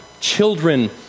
children